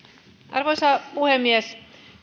arvoisa puhemies